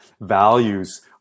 values